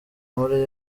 muri